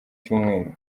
cyumweru